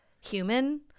human